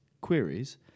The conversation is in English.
queries